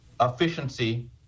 efficiency